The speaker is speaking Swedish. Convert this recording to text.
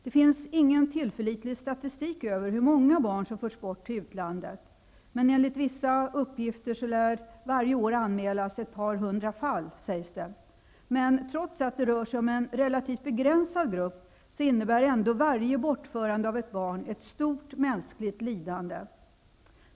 Det finns ingen tillförlitlig statistik över hur många barn som förts bort till utlandet, men enligt vissa uppgifter lär varje år anmälas ett par hundra fall. Trots att det rör sig om en relativt begränsad grupp, innebär varje bortförande av ett barn ett stort mänskligt lidande.